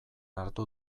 hartu